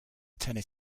tennis